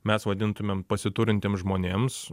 mes vadintumėm pasiturintiem žmonėms